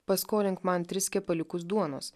paskolink man tris kepaliukus duonos